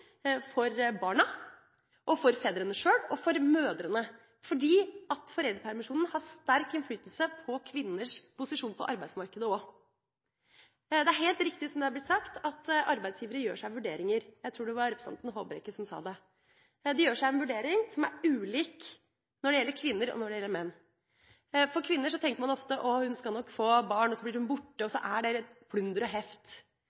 for barna, for fedrene sjøl og for mødrene, for foreldrepermisjonen har også sterk innflytelse på kvinners posisjon på arbeidsmarkedet. Det er helt riktig som det er blitt sagt, at arbeidsgivere gjør seg vurderinger. Jeg tror det var representanten Håbrekke som sa det. De gjør seg en vurdering som er ulik når det gjelder kvinner og menn. Om kvinner tenker man ofte at hun skal få barn, så blir hun borte, og så er det plunder og heft,